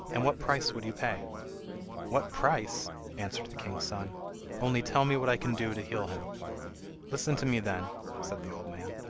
and what price would you pay what price answered the king's son only tell me what i can do to heal him listen to me, then said the old man.